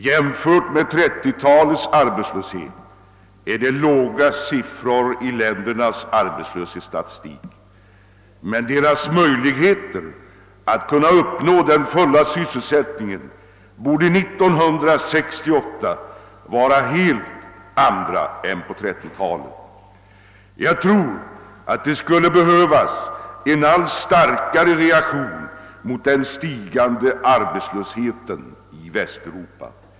Jämfört med 1930-talets arbetslöshet är det låga siffror i ländernas arbetslöshetsstatistik, men möjligheterna att uppnå den fulla sysselsättningen borde 1968 vara helt andra än på 1930-talet. Jag tror att det skulle behövas en allt starkare reaktion mot den stigande arbetslösheten i Västeuropa.